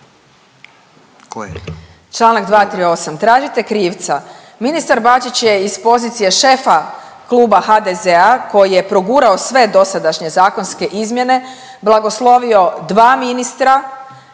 Članak 238., tražite krivca. Ministar Bačić je iz pozicije šefa Kluba HDZ-a koji je progurao sve dosadašnje izmjene blagoslovio dva ministra